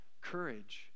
courage